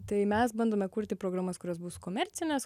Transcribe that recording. tai mes bandome kurti programas kurios bus komercinės